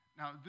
now